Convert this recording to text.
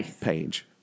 page